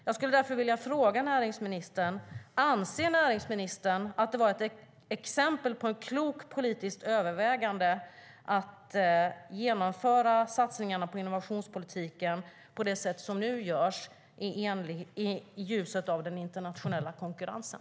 Jag skulle därför vilja fråga näringsministern: Anser näringsministern att det är ett exempel på ett klokt politiskt övervägande att genomföra satsningarna på innovationspolitiken på det sätt som nu görs i ljuset av den internationella konkurrensen?